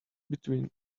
between